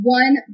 one